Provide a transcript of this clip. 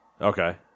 Okay